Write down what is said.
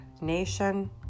Nation